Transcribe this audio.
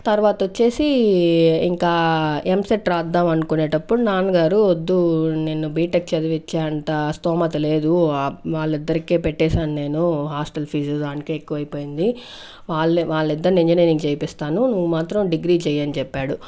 తర్వాత వచ్చేసి ఇంకా ఎంసెట్ రాద్దాం అనుకునేటప్పుడు నాన్నగారు వద్దు నిన్ను బీటెక్ చదివించే అంత స్తోమత లేదు వాళ్ళిద్దరికే పెట్టేసాను నేను హాస్టల్ ఫీజ్ దానికే ఎక్కువైపోయింది వాళ్ళి వాళ్ళిద్దర్నీ ఇంజనీరింగ్ చేపిస్తాను నువ్వు మాత్రం డిగ్రీ చేయి అని చెప్పాడు